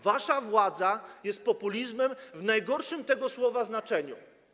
Wasza władza jest populizmem w najgorszym tego słowa znaczeniu.